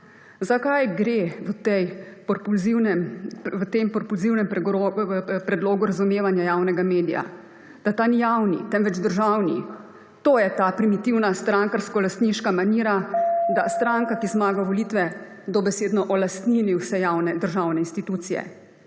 Za kaj gre v tem propulzivnem predlogu razumevanja javnega medija? Da ta ni javni, temveč državni. To je ta primitivna strankarskolastniška manira, da stranka, ki zmaga volitve, dobesedno olastnini vse javne državne institucije.